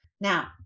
Now